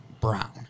Brown